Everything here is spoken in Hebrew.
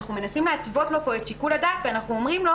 אנחנו מנסים לו פה את שיקול הדעת כי אנחנו אומרים לו